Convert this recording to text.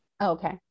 okay